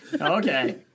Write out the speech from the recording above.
Okay